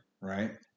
right